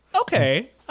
Okay